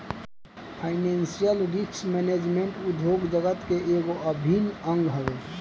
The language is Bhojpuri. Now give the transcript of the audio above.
फाइनेंशियल रिस्क मैनेजमेंट उद्योग जगत के एगो अभिन्न अंग हवे